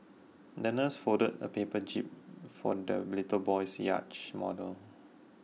the nurse folded a paper jib for the little boy's yacht model